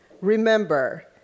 remember